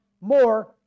more